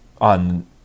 on